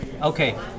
Okay